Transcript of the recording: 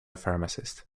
pharmacist